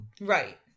Right